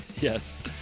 Yes